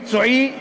מקצועי,